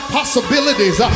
possibilities